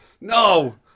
No